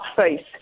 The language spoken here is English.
face